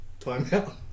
Timeout